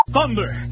Thunder